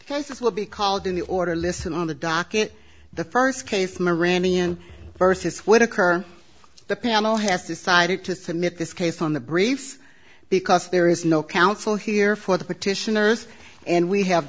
this will be called in the order listen on the docket the first case moran ian versus would occur the panel has decided to submit this case on the briefs because there is no counsel here for the petitioners and we have